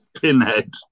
pinhead